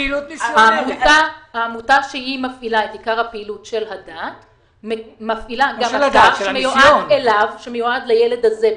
העמותה שמפעילה את עיקר הפעילות של הדת מפעילה אתר שמיועד לילד הזה.